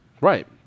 Right